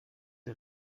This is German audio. der